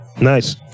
Nice